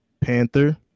panther